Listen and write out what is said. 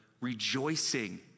rejoicing